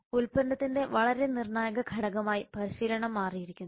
ഉൽപ്പന്നത്തിന്റെ വളരെ നിർണായക ഘടകമായി പരിശീലനം മാറിയിരിക്കുന്നു